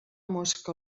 mosca